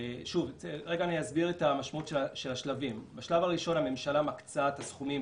אני אסביר את המשמעות של השלבים בשלב הראשון הממשלה מקצה את הסכומים,